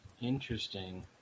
Interesting